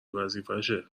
وظیفشه